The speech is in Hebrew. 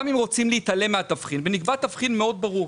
גם אם רוצים להתעלם מהתבחין ונקבע תבחין מאוד ברור,